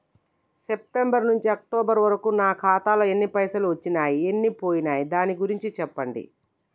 September నుంచి October వరకు నా ఖాతాలో ఎన్ని పైసలు వచ్చినయ్ ఎన్ని పోయినయ్ దాని గురించి చెప్పండి?